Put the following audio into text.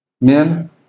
Men